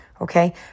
okay